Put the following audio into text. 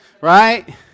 right